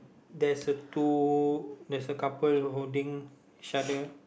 there's a two there's a couple holding each other